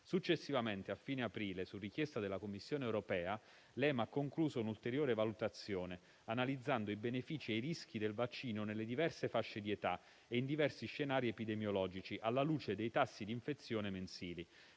Successivamente, a fine aprile, su richiesta della Commissione europea, l'EMA ha concluso un'ulteriore valutazione analizzando i benefici e i rischi del vaccino nelle diverse fasce di età e in diversi scenari epidemiologici, alla luce dei tassi di infezione mensili.